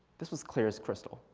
this was clear as crystal.